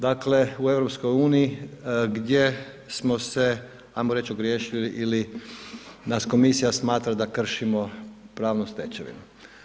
Dakle u EU gdje smo se, hajmo reći ogriješili ili nas komisija smatra da kršimo pravnu stečevinu.